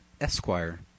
Esquire